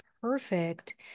perfect